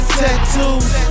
tattoos